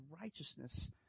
righteousness